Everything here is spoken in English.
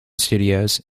studios